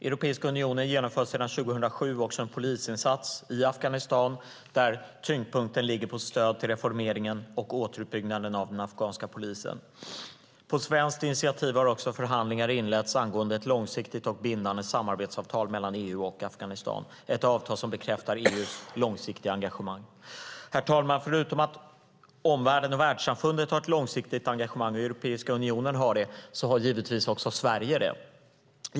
Europeiska unionen genomför sedan 2007 också en polisinsats i Afghanistan, där tyngdpunkten ligger på stöd till reformeringen och återuppbyggnaden av den afghanska polisen. På svenskt initiativ har också förhandlingar inletts angående ett långsiktigt och bindande samarbetsavtal mellan EU och Afghanistan, ett avtal som bekräftar EU:s långsiktiga engagemang. Herr talman! Förutom att omvärlden och världssamfundet har ett långsiktigt engagemang och att Europeiska unionen har det har givetvis också Sverige det.